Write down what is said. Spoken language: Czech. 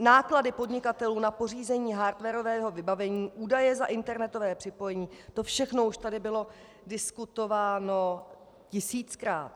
Náklady podnikatelů na pořízení hardwarového vybavení, výdaje za internetové připojení, to všechno už tady bylo diskutováno tisíckrát.